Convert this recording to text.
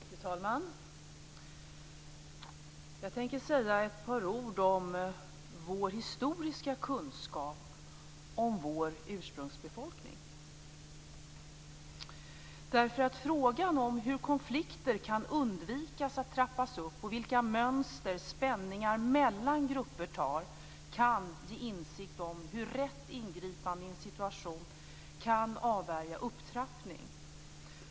Fru talman! Jag tänker säga ett par ord om vår historiska kunskap om vår ursprungsbefolkning, därför att frågan om hur man kan undvika att konflikter trappas upp och vilka mönster spänningar mellan grupper tar kan ge insikt om hur rätt ingripande i en situation kan avvärja upptrappning.